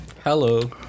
Hello